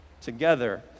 together